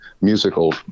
musical